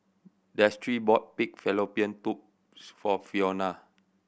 Destry bought pig fallopian tubes for Fiona